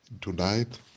tonight